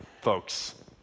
folks